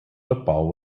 football